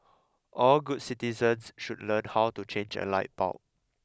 all good citizens should learn how to change a light bulb